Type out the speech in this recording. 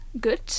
good